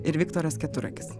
ir viktoras keturakis